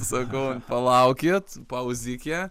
sakau palaukit pauzikė